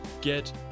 Get